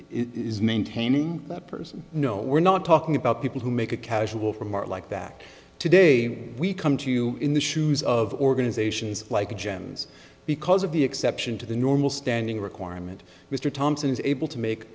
is maintaining that person no we're not talking about people who make a casual remark like that today we come to you in the shoes of organizations like gems because of the exception to the normal standing requirement mr thompson is able to make